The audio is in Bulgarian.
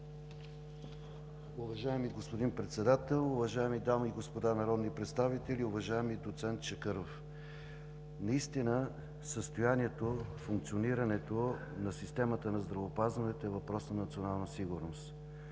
Уважаеми господин Председател, уважаеми дами и господа народни представители! Уважаеми доцент Чакъров, наистина състоянието, функционирането на системата на здравеопазването е въпрос на национална сигурност